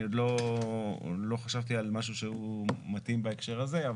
אני עוד לא חשבתי על משהו שהוא מתאים בהקשר הזה.